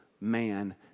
man